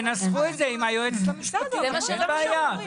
תנסחו את זה עם היועצת המשפטית, אין בעיה.